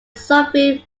sovereign